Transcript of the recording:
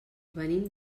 venim